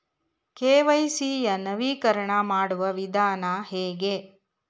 KYC ಯ ನವೀಕರಣ ಮಾಡುವ ವಿಧಾನ ಹೇಗೆ?